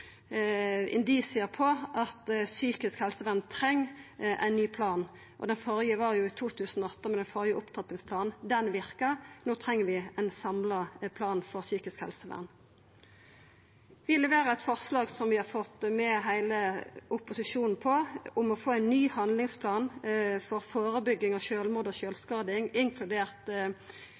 på at psykisk helsevern treng ein ny plan. Den førre var frå 2008, men den førre opptrappingsplanen verkar. No treng vi ein samla plan for psykisk helsevern. Vi har lagt fram eit forslag som vi har fått heile opposisjonen med på, om å få ein ny handlingsplan for førebygging av sjølvmord og sjølvskading, inkludert